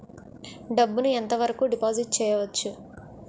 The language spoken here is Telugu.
డబ్బు ను ఎంత వరకు డిపాజిట్ చేయవచ్చు?